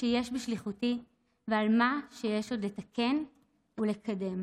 שיש בשליחותי ועל מה שיש עוד לתקן ולקדם.